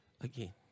again